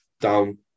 down